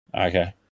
Okay